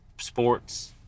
sports